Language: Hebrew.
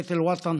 ח'רבת אל-וטן,